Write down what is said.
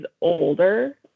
older